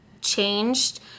changed